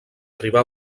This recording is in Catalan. arribà